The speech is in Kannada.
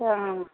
ಹಾಂ